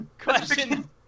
Question